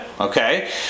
okay